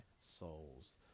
souls